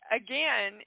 again